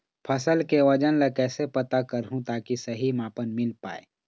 फसल के वजन ला कैसे पता करहूं ताकि सही मापन मील पाए?